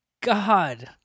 god